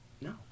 No